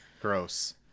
Gross